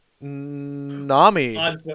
Nami